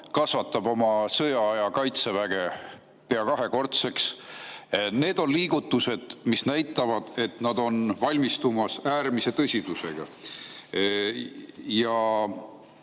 kasvatab oma sõjaaja kaitseväge pea kahekordseks. Need on liigutused, mis näitavad, et nad on valmistumas äärmise tõsidusega.